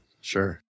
Sure